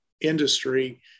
industry